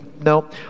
No